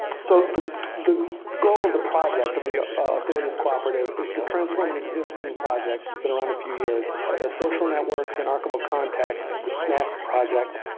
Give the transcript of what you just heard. so the the goal of the project, of the authorities cooperative, is to transform an existing project that's been around a few years, ah the social networks and archival context, snac project,